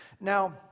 now